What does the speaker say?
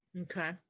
okay